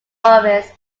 office